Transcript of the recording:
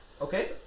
Okay